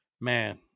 Man